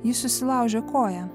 ji susilaužė koją